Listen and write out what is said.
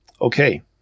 Okay